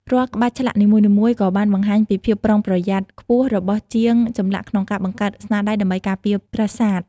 រាល់ក្បាច់ឆ្លាក់នីមួយៗគឺបានបង្ហាញពីភាពប្រុងប្រយ័ត្នខ្ពស់របស់ជាងចម្លាក់ក្នុងការបង្កើតស្នាដៃ ដើម្បីការពារប្រាសាទ។